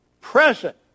present